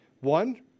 One